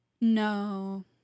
No